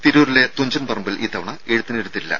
തിരൂരിലെ തുഞ്ചൻ പറമ്പിൽ ഇത്തവണ എഴുത്തിനിരുത്തില്ല